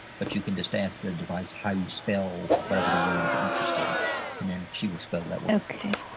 but you can just ask the device how you spell whatever the word of the interest is and then she will spell that word. okay.